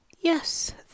Yes